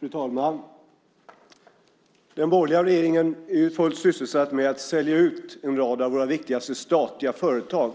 Fru talman! Den borgerliga regeringen är ju fullt sysselsatt med att sälja ut en rad av våra viktigaste statliga företag